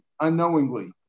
unknowingly